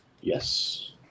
Yes